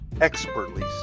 expertly